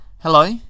Hello